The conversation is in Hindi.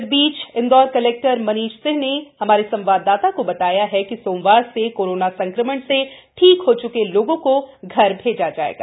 इस बीच इंदौर कलेक्टर मनीष सिंह ने हमारे संवाददाता को बताया है कि सोमवार से कोरोना संक्रमण से ठीक हो चुके लोगों को घर भेजा जाएगा